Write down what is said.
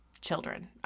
Children